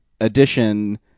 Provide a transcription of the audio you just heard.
edition